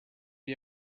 you